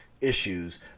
issues